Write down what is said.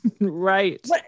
Right